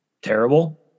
terrible